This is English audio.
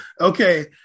Okay